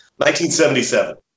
1977